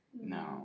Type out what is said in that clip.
No